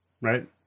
Right